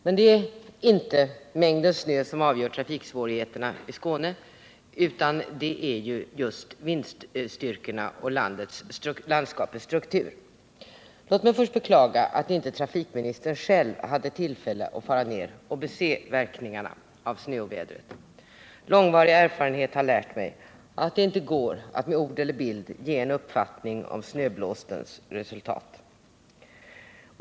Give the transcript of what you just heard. Men det är inte mängden snö som avgör trafiksvårigheterna i Skåne, utan det är just vindstyrkorna och landskapets struktur. Låt mig först beklaga att inte trafik ministern själv hade tillfälle att fara ned och bese verkningarna av snöovädret. Lång erfarenhet har lärt mig att det inte går att med ord eller bild ge en uppfattning om snöblåstens resultat.